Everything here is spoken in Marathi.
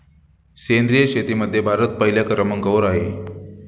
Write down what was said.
सेंद्रिय शेतीमध्ये भारत पहिल्या क्रमांकावर आहे